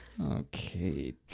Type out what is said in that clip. Okay